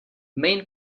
main